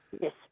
Yes